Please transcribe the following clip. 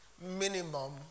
minimum